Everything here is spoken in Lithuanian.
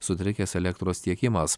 sutrikęs elektros tiekimas